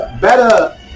better